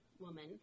woman